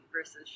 versus